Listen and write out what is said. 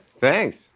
Thanks